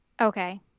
Okay